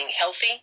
healthy